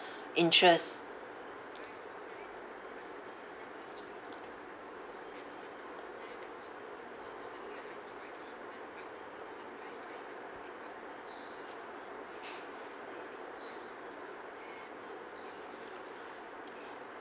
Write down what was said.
interest